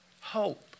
hope